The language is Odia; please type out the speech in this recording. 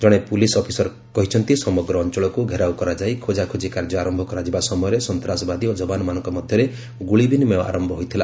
ଜଣେ ପୋଲିସ୍ ଅଫିସର କହିଛନ୍ତି ସମଗ୍ର ଅଞ୍ଚଳକୁ ଘେରାଉ କରାଯାଇ ଖୋଜାଖୋଟ୍ଟି କାର୍ଯ୍ୟ ଆରମ୍ଭ କରାଯିବା ସମୟରେ ସନ୍ତାସବାଦୀ ଓ ଯବାନମାନଙ୍କ ମଧ୍ୟରେ ଗୁଳି ବିନିମୟ ଆରମ୍ଭ ହୋଇଥିଲା